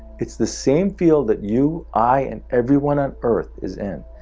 it's the same feel that you, i, and everyone on earth is in.